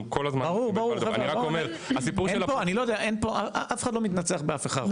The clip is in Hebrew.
חבר'ה אף אחד לא מתנצח באף אחד,